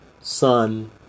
sun